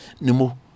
Nemo